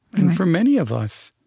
and for many of us,